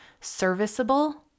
serviceable